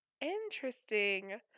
Interesting